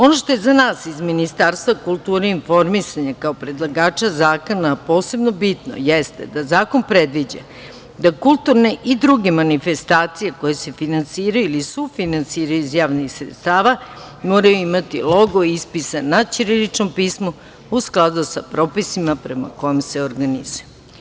Ono što je za nas iz Ministarstva kulture i informisanje, kao predlagača zakon,a posebno bitno jeste da zakon previđa da kulturne i druge manifestacije koje se finansiraju ili sufinansiraju iz javnih sredstava moraju imati logo ispisan na ćiriličnom pismu, u skladu sa propisima prema kome se organizuju.